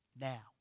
Now